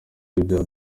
ibyaha